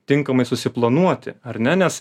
tinkamai susiplanuoti ar ne nes